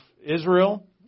Israel